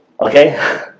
Okay